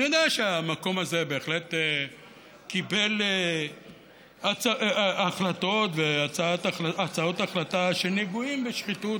אני יודע שהמקום הזה בהחלט קיבל החלטות והצעות החלטה שנגועות בשחיתות,